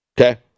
Okay